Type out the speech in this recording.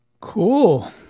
Cool